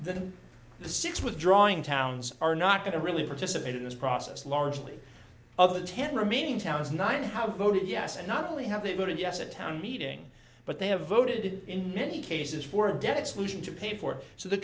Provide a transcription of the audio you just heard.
the the six withdrawing towns are not going to really participate in this process largely of the ten remaining towns not have voted yes and not only have they voted yes a town meeting but they have voted in many cases for a debt solution to pay for so the